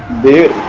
the